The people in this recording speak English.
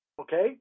Okay